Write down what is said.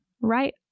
right